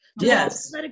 Yes